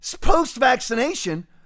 post-vaccination